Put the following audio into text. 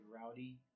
rowdy